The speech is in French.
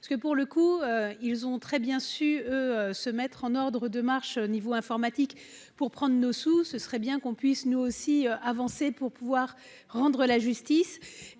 parce que pour le coup, ils ont très bien su se mettre en ordre de marche au niveau informatique pour prendre nos sous, ce serait bien qu'on puisse nous aussi avancé pour pouvoir rendre la justice